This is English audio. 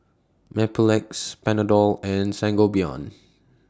Mepilex Panadol and Sangobion